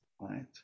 right